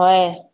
ꯍꯣꯏ